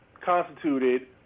constituted